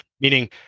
meaning